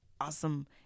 awesome